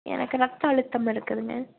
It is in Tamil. எனக்கு இரத்த அழுத்தம் இருக்குதுங்க